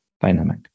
dynamic